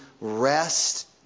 Rest